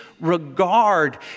regard